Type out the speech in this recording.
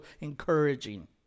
encouraging